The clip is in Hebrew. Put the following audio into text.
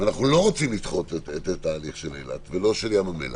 ואנחנו לא רוצים לדחות את התהליך של אילת ולא של ים המלח,